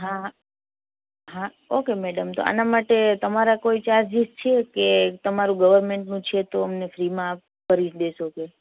હા હા okay madam તો આના માટે તમારા કોઈ ચાર્જીશ છે કે તમારું ગવર્મેનટનું છે તો અમને ફ્રીમાં કરી જ દેશો કે